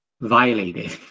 violated